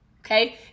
okay